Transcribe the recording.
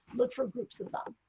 look for groups. and